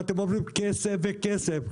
אתם אומרים כסף וכסף,